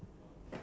mmhmm